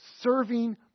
Serving